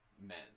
Men